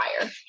fire